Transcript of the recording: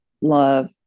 love